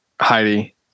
Heidi